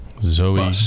Zoe